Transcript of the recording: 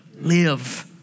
Live